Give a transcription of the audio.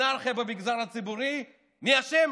אנרכיה במגזר הציבורי, מי אשם?